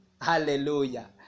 Hallelujah